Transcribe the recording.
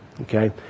Okay